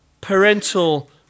Parental